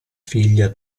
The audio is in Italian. figlia